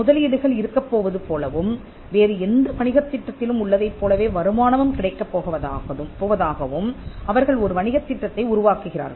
முதலீடுகள் இருக்கப் போவது போலவும் வேறு எந்த வணிகத் திட்டத்திலும் உள்ளதைப் போலவே வருமானமும் கிடைக்கப் போவதாகவும் அவர்கள் ஒரு வணிகத் திட்டத்தை உருவாக்குகிறார்கள்